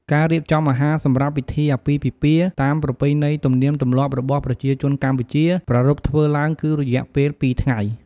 ការរៀបចំអាហារសម្រាប់ពិធីអាពាហ៍ពិពាហ៍ តាមប្រពៃណីទំលៀមទម្លាប់របស់ប្រជាជនកម្ពុជា ប្រារព្ធធ្វើឡើងគឺរយៈពេល២ថ្ងៃ។